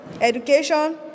Education